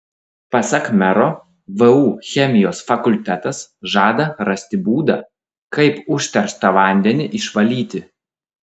pasak mero vu chemijos fakultetas žada rasti būdą kaip užterštą vandenį išvalyti